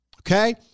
Okay